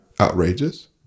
outrageous